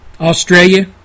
Australia